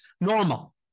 normal